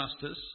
justice